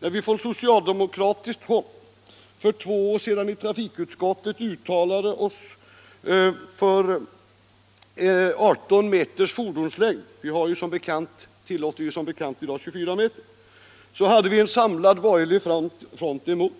När vi från socialdemokratiskt håll för två år sedan i trafikutskottet uttalade oss för 18 m fordonslängd — vi tillåter ju som bekant i dag 24 m - hade vi en samlad borgerlig front emot oss.